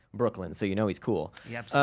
brooklyn, so, you know he's cool yeah,